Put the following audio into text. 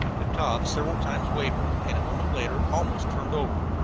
the taube several times wavered, and, a moment later, almost turned over.